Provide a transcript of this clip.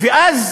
ואז